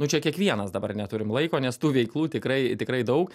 nu čia kiekvienas dabar neturim laiko nes tų veiklų tikrai tikrai daug